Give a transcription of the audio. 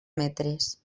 metres